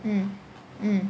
mm mm